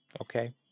Okay